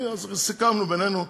סיכמנו בינינו,